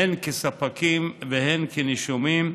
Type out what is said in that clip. הן כספקים והן כנישומים,